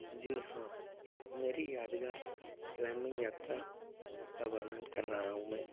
जी हाँ मेरी यादगार क्लाइंबिंग यात्रा का वर्णन कर रहा हूँ मैं